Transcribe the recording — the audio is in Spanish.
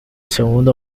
segunda